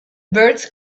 birds